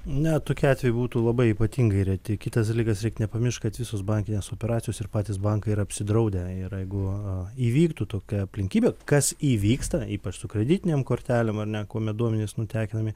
ne tokiu atveju būtų labai ypatingai reti kitas dalykas reik nepamiršt kad visos bankinės operacijos ir patys bankai yra apsidraudę ir jeigu įvyktų tokia aplinkybė kas įvyksta ypač su kreditinėm kortele ar ne kuomet duomenys nutekinami